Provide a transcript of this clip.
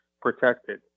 protected